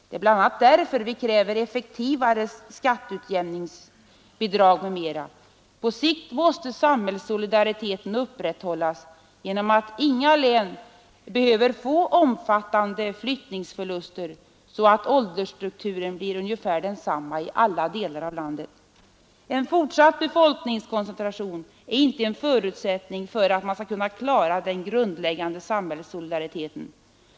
Det är bl.a. därför vi kräver effektivare skatteutjämningsbidrag m.m. På sikt måste samhällssolidariteten upprätthållas genom att inga län behöver få omfattande flyttningsförluster och att åldersstrukturen blir ungefär densamma i alla delar av landet. En fortsatt befolkningskoncentration är inte en förutsättning för att man skall kunna klara den grundläggande samhällssolidariteten.